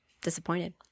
disappointed